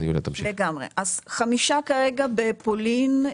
לגמרי, אז חמישה כרגע בפולין.